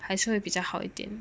还是会比较好一点